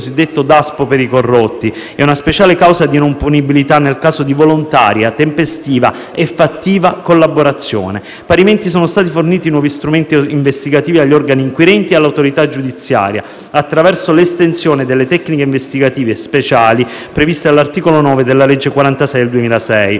il cosiddetto Daspo per i corrotti e una speciale causa di non punibilità nel caso di volontaria, tempestiva e fattiva collaborazione. Parimenti sono stati forniti i nuovi strumenti investigativi agli organi inquirenti e all'autorità giudiziaria, attraverso l'estensione delle tecniche investigative speciali previste all'articolo 9 della legge n. 46 del 2006,